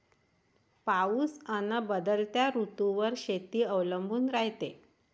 पाऊस अन बदलत्या ऋतूवर शेती अवलंबून रायते